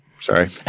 Sorry